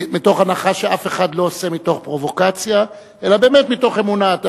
מתוך הנחה שאף אחד לא עושה מתוך פרובוקציה אלא באמת מתוך אמונה,